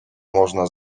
można